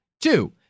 Two